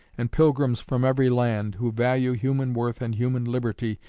and pilgrims from every land, who value human worth and human liberty,